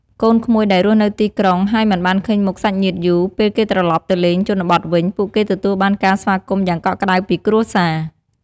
កូនក្មួយដែលរស់នៅទីក្រុង ហើយមិនបានឃើញមុខសាច់ញាតិយូរ ពេលគេត្រឡប់ទៅលេងជនបទវិញ ពួកគេទទួលបានការស្វាគមន៍យ៉ាងកក់ក្តៅពីគ្រួសារ។